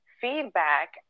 feedback